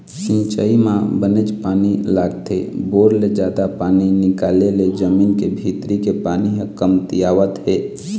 सिंचई म बनेच पानी लागथे, बोर ले जादा पानी निकाले ले जमीन के भीतरी के पानी ह कमतियावत हे